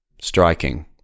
Striking